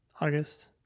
August